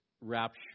rapture